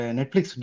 Netflix